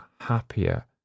happier